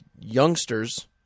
youngsters